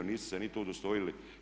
Niste se ni tu udostojili.